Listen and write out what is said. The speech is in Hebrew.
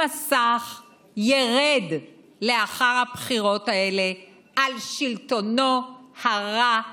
המסך ירד לאחר הבחירות האלה על שלטונו הרע,